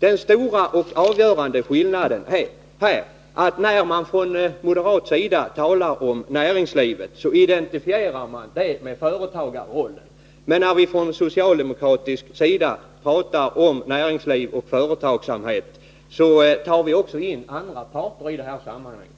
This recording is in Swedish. Den stora och avgörande skillnaden här är att moderaterna när de talar om näringslivet utgår företagarrollen. Men när vi från socialdemokraternas sida talar om näringsliv och företagsamhet, så räknar vi också in andra parter,